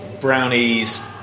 brownies